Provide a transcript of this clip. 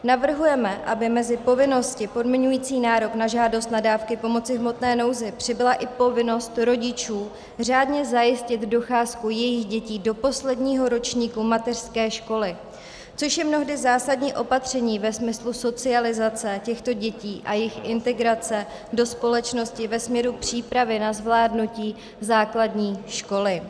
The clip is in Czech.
Navrhujeme, aby mezi povinnosti podmiňující nárok na žádost na dávky pomoci v hmotné nouzi přibyla i povinnost rodičů řádně zajistit docházku jejich dětí do posledního ročníku mateřské školy, což je mnohdy zásadní opatření ve smyslu socializace těchto dětí a jejich integrace do společnosti ve směru přípravy na zvládnutí základní školy.